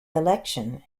election